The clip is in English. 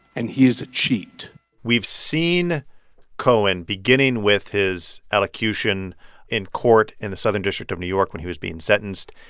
and he is a cheat we've seen cohen, beginning with his allocution in court in the southern district of new york when he was being sentenced,